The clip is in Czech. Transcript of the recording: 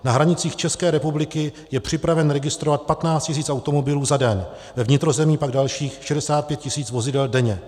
Na hranicích České republiky je připraven registrovat 15 tisíc automobilů za den, ve vnitrozemí pak dalších 65 tisíc vozidel denně.